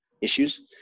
issues